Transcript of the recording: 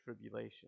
tribulation